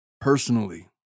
personally